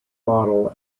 model